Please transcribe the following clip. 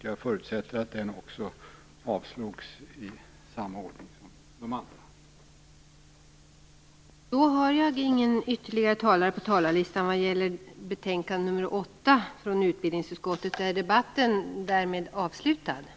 Jag förutsätter att den också avslås i samma ordning som de andra.